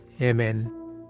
Amen